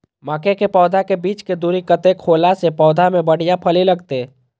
मके के पौधा के बीच के दूरी कतेक होला से पौधा में बढ़िया फली लगते?